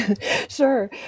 Sure